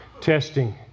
testing